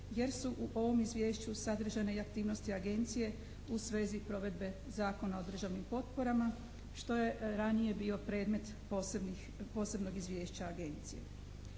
jer su u ovom izvješću sadržane i aktivnosti agencije u svezi provedbe Zakona o državnim potporama što je ranije bio predmet posebnog izvješća Agencije.